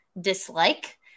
dislike